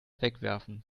wegwerfen